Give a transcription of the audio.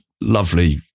Lovely